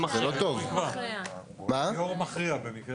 היו"ר מכריע.